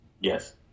Yes